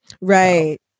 Right